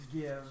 give